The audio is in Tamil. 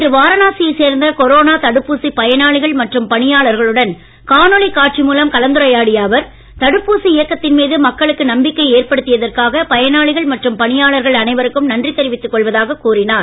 இன்று வாரணாசியைச் சேர்ந்த கொரோனா தடுப்பூசிப் பயனாளிகள் மற்றும் பணியாளர்களுடன் காணொலி காட்சி மூலம் கலந்துரையாடிய அவர் தடுப்பூசி இயக்கத்தின் மீது மக்களுக்கு நம்பிக்கை ஏற்படுத்தியதற்காக பயனாளிகள் மற்றும் பணியாளர்கள் அனைவருக்கும் நன்றி தெரிவித்துக் கொள்வதாக கூறினார்